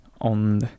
on